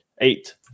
Eight